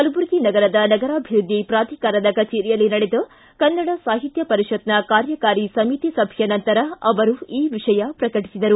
ಕಲಬುರಗಿ ನಗರದ ನಗರಾಭಿವೃದ್ದಿ ಪ್ರಾಧಿಕಾರದ ಕಚೇರಿಯಲ್ಲಿ ನಡೆದ ಕನ್ನಡ ಸಾಹಿತ್ಯ ಪರಿಷತ್ನ ಕಾರ್ಯಕಾರಿ ಸಮಿತಿ ಸಭೆಯ ನಂತರ ಅವರು ಈ ವಿಷಯ ಪ್ರಕಟಿಸಿದರು